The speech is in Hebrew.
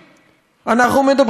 אנחנו מדברים על נורמה,